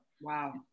Wow